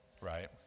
Right